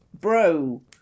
bro